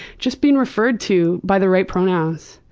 just being referred to by the right pronouns,